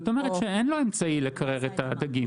זאת אומרת שאין לו אמצעי לקרר את הדגים.